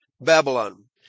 Babylon